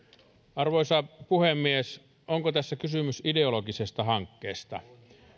arvoisa puhemies onko tässä kysymys ideologisesta hankkeesta